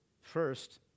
First